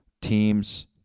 teams